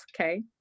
Okay